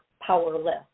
powerless